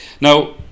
Now